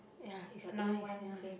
ya it's nice ya